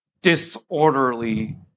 disorderly